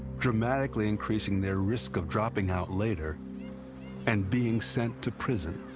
dramatically increasing their risk of dropping out later and being sent to prison.